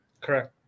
Correct